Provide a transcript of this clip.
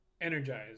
energized